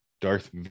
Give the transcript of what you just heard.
darth